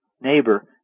neighbor